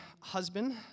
husband